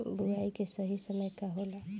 बुआई के सही समय का होला?